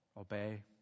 obey